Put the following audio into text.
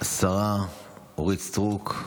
השרה אורית סטרוק,